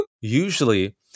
Usually